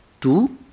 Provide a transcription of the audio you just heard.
two